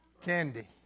candy